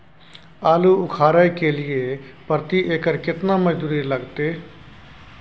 आलू उखारय के लिये प्रति एकर केतना मजदूरी लागते?